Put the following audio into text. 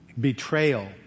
betrayal